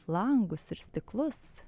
langus ir stiklus